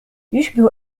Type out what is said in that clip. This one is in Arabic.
يشبه